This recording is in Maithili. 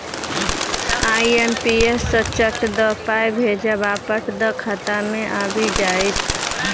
आई.एम.पी.एस सँ चट दअ पाय भेजब आ पट दअ खाता मे आबि जाएत